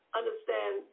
understand